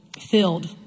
filled